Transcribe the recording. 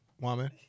woman